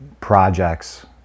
projects